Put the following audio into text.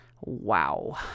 Wow